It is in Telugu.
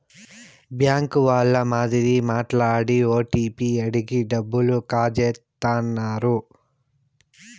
బ్యాంక్ వాళ్ళ మాదిరి మాట్లాడి ఓటీపీ అడిగి డబ్బులు కాజేత్తన్నారు